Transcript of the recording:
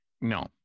No